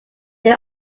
they